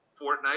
Fortnite